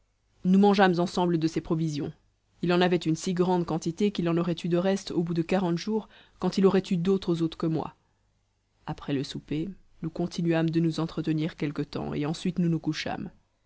nous mangeâmes ensemble de ses provisions il en avait une si grande quantité qu'il en aurait eu de reste au bout de quarante jours quand il aurait eu d'autres hôtes que moi après le souper nous continuâmes de nous entretenir quelque temps et ensuite nous nous couchâmes